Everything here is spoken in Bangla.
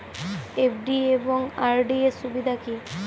এফ.ডি এবং আর.ডি এর সুবিধা কী?